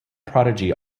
prodigy